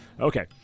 Okay